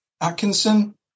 Atkinson